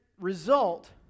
result